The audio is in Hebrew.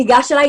ניגש אליי,